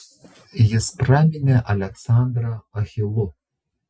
jis praminė aleksandrą achilu